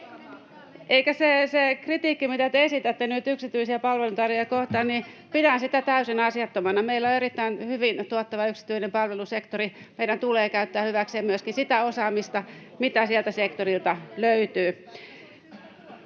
Sitä kritiikkiä, mitä te esitätte nyt yksityisiä palveluntarjoajia kohtaan, pidän täysin asiattomana. Meillä on erittäin hyvin tuottava yksityinen palvelusektori. Meidän tulee käyttää hyväksi myöskin sitä osaamista, mitä siltä sektorilta löytyy.